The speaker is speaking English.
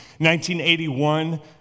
1981